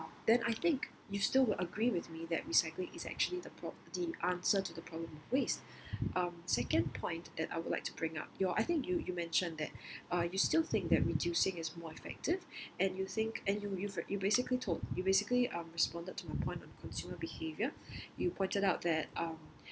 then I think you still will agree with me that recycling is actually the prob~ the answer to the problem waste um second point that I'd like to bring up your I think you you mentioned that uh you still think that reducing is more effective and you think and you you you basically told you basically um responded to my point on consumer behaviour you pointed out that um